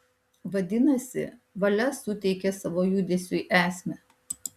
vadinasi valia suteikia savo judesiui esmę